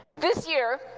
this year,